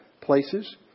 places